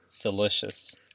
Delicious